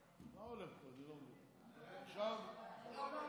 עכשיו טוב.